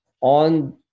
on